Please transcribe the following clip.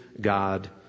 God